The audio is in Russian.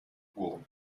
гору